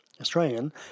Australian